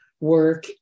work